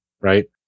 right